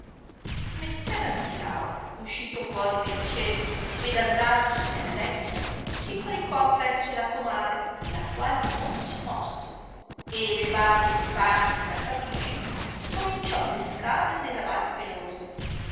messer artilao uscito fuori del cerchio ed andatosene al letto si coricò appresso la comare la qual non si mosse e levatele i panni e la camiscia cominciò pescare nella vai pelosa